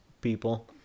people